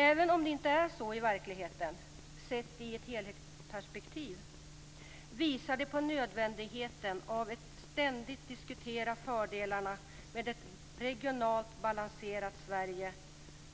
Även om det inte är så i verkligheten, sett i ett helhetsperspektiv, visar det på nödvändigheten av att ständigt diskutera fördelarna med ett regionalt balanserat Sverige